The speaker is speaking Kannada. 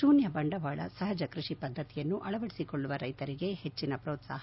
ಶೂನ್ಯ ಬಂಡವಾಳ ಸಹಜ ಕೃಷಿ ಪದ್ದತಿಯನ್ನು ಅಳವದಿಸಿಕೊಳ್ಳುವ ರೈತರಿಗೆ ಹೆಚ್ಚಿನ ಪ್ರೋತ್ಸಾಹ